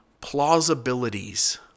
plausibilities